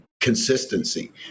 consistency